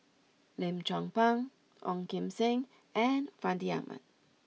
Lim Chong Pang Ong Kim Seng and Fandi Ahmad